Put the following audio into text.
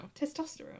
Testosterone